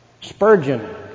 Spurgeon